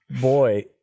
boy